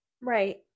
Right